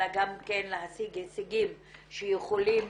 אלא גם להשיג הישגים שיכולים